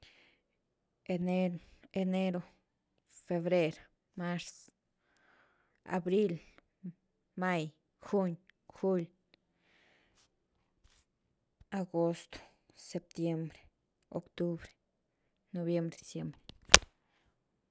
Enero-enero, febrer, marz, abril, may, juni, juli, agost, septiembre, octubre, noviembre, diciembre.